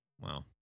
wow